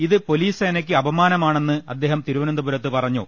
ഇത് പൊലീസ് സേനയ്ക്ക് അപ മാനമാണെന്ന് അദ്ദേഹം തിരുവനന്തപുരത്ത് പറഞ്ഞു